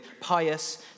pious